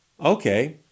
okay